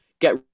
get